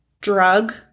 drug